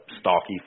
stalky